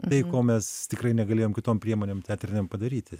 tai ko mes tikrai negalėjom kitom priemonėm teatrinėm padaryti